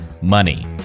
money